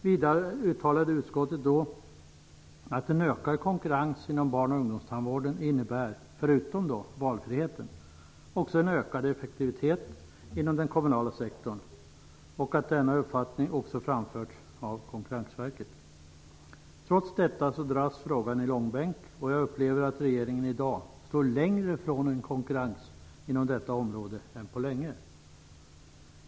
Vidare uttalade utskottet då att en ökad konkurrens inom barn och ungdomstandvården förutom valfriheten också innebär en ökad effektivitet inom den kommunala sektorn, och att denna uppfattning också framförts av Konkurrensverket. Trots detta dras frågan i långbänk. Jag upplever att regeringen i dag står längre ifrån konkurrens inom detta område än på länge.